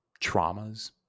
traumas